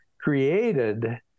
created